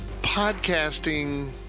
podcasting